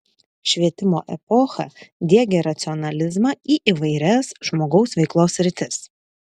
švietimo epocha diegė racionalizmą į įvairias žmogaus veiklos sritis